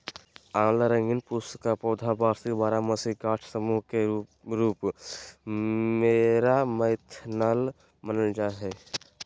आँवला रंगीन पुष्प का पौधा वार्षिक बारहमासी गाछ सामूह के रूप मेऐमारैंथमानल जा हइ